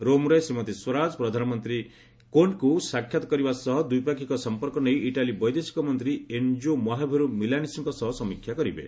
ରୋମରେ ଶ୍ରୀମତୀ ସ୍ୱରାଜ ପ୍ରଧାନମନ୍ତ୍ରୀ କୋଷ୍ଟେବ୍କୁ ସାକ୍ଷାତ କରିବା ସହ ଦ୍ୱିପାକ୍ଷିକ ସଂପର୍କ ନେଇ ଇଟାଲି ବୈଦେଶିକ ମନ୍ତ୍ରୀ ଏନ୍ଜୋ ମୋଆଭେରୁ ମିଲାନସିଙ୍କ ସହ ସମୀକ୍ଷା କରିବେ